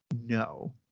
no